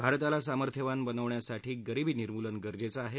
भारताला सामर्थ्यवान बनवण्यासाठी गिरिबी निर्मूलन गरजेचं आहे